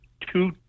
two